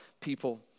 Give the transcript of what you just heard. people